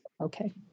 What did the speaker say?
Okay